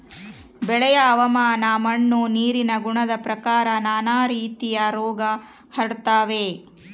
ಬೆಳೆಯ ಹವಾಮಾನ ಮಣ್ಣು ನೀರಿನ ಗುಣದ ಪ್ರಕಾರ ನಾನಾ ರೀತಿಯ ರೋಗ ಕಾಡ್ತಾವೆ